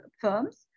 firms